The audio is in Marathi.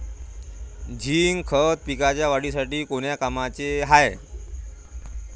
झिंक खत पिकाच्या वाढीसाठी कोन्या कामाचं हाये?